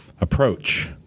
approach